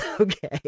okay